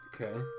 Okay